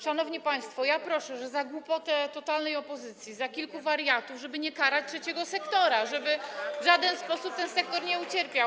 Szanowni państwo, proszę, żeby za głupotę totalnej opozycji, za kilku wariatów, nie karać trzeciego sektora, żeby w żaden sposób ten sektor nie ucierpiał.